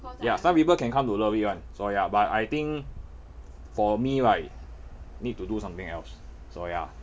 ya some people can come to love it [one] so ya but I think for me right need to do something else so ya